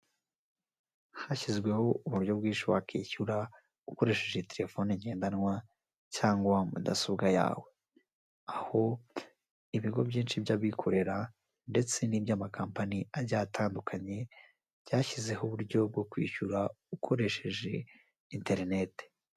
Hashyizweho uburyo bwinshi wakishyura ukoresheje telefone ngendanwa cyangwa mudasobwa yawe, aho ibigo byinshi by'abikorera, ndetse n'iby'amakampanyi agiye atandukanye, byashyizeho uburyo bwo kwishyura ukoresheje interinete.